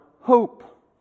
hope